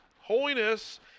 Holiness